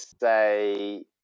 say